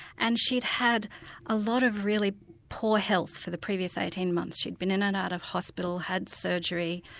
and she'd had a lot of really poor health for the previous eighteen months. she'd been in and out of hospital, had surgery,